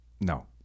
No